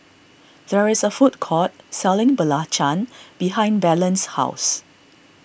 there is a food court selling Belacan behind Belen's house